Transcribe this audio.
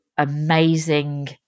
amazing